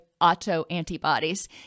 autoantibodies